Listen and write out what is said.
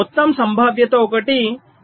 మొత్తం సంభావ్యత ఒకటి 0